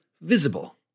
Visible